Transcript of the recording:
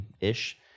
ish